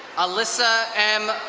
alyssa m.